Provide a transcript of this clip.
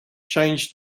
changed